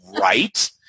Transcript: right